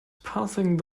passing